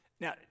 Now